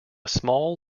small